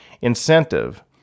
incentive